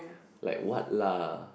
like what lah